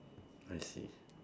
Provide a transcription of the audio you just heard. I see